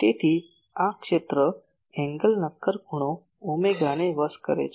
તેથી આ ક્ષેત્ર ખૂણો નક્કર ખૂણો ઓમેગાને વશ કરે છે